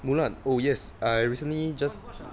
Mulan oh yes I recently just